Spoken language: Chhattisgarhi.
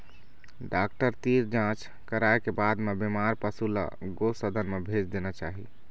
डॉक्टर तीर जांच कराए के बाद म बेमार पशु ल गो सदन म भेज देना चाही